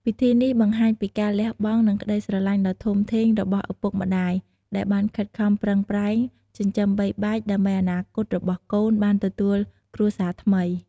ពិធីនេះបង្ហាញពីការលះបង់ និងក្តីស្រឡាញ់ដ៏ធំធេងរបស់ឪពុកម្តាយ ដែលបានខិតខំប្រឹងប្រែង ចិញ្ចឹមបីបាច់ ដើម្បីអនាគតរបស់កូនបានទទួលគ្រួសារថ្មី។